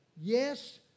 Yes